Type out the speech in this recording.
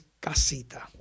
casita